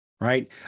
right